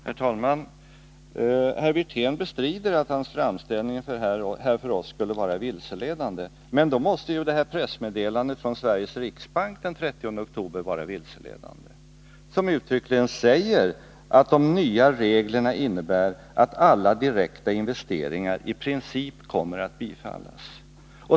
Herr talman! Herr Wirtén bestrider att hans framställning för oss här skulle vara vilseledande. Men då måste ju det här pressmeddelandet från Sveriges riksbank den 30 oktober vara vilseledande. Där sägs uttryckligen att de nya reglerna innebär att alla direkta investeringar i princip kommer att bifallas.